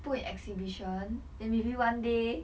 put in exhibition and maybe one day